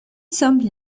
some